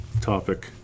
topic